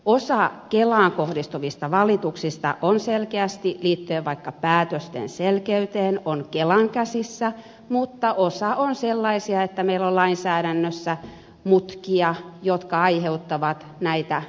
osa kelaan kohdistuvista valituksista on selkeästi liittyen vaikkapa päätösten selkeyteen kelan käsissä mutta osa on sellaisia että meillä on lainsäädännössä mutkia jotka aiheuttavat näitä valituksia